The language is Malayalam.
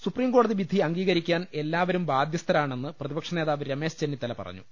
സുപ്രീംകോടതി വിധി അംഗീകരിക്കാൻ എല്ലാവരും ബാധ്യസ്ഥരാണെന്ന് പ്രതിപക്ഷനേതാവ് രമേശ് ചെന്നിത്തല പറഞ്ഞു